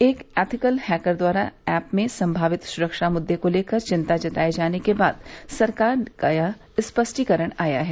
एक ethical hacker द्वारा app में संभावित सुरक्षा मुद्दे को लेकर चिंता जताये जाने के बाद सरकार का यह स्पष्टीकरण आया है